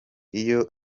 iyo